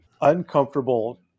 uncomfortable